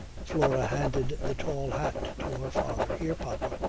flora handed the tall hat to her father. here, papa.